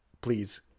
Please